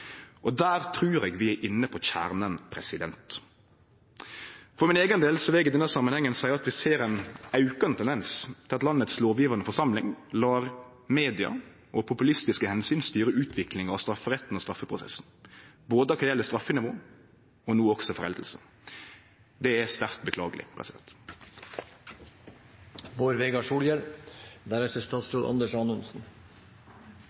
dommar. Der trur eg vi er inne på kjernen. For min eigen del vil eg i denne samanhengen seie at vi ser ein aukande tendens til at landets lovgjevande forsamling lar media og populistiske omsyn styre utviklinga av strafferetten og straffeprosessen, både når det gjeld straffenivå og no også forelding. Det er sterkt beklageleg.